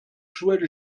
joël